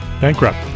Bankrupt